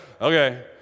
okay